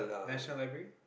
National Library